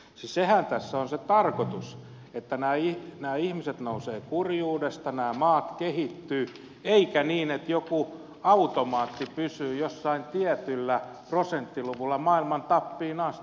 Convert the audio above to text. siis sehän tässä on se tarkoitus että nämä ihmiset nousevat kurjuudesta nämä maat kehittyvät eikä niin että joku automaatti pysyy jossain tietyllä prosenttiluvulla maailman tappiin asti